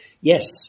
yes